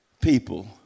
people